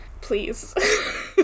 Please